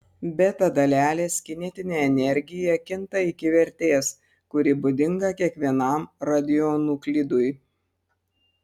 beta dalelės kinetinė energija kinta iki vertės kuri būdinga kiekvienam radionuklidui